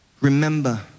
Remember